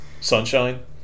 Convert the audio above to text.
Sunshine